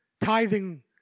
tithing